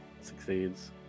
succeeds